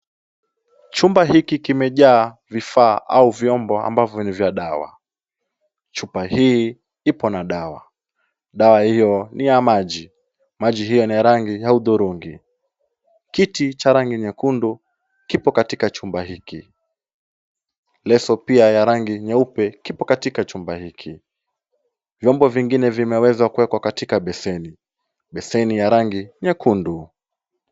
Chumba hiki kimejaa vifaa au vyombo ambavyo ni vya dawa. Chupa hii ipo na dawa. Dawa hiyo ni ya maji. Maji hiyo ni rangi ya hudhurungi. Kiti cha rangi nyekundu kipo katika chumba hiki. Leso pia ya rangi nyeupe kipo katika chumba hiki. vyombo vingine vimeweza kuwekwa katika beseni . Beseni ya rangi nyekundu.